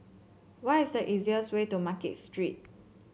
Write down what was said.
what is the easiest way to Market Street